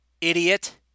Idiot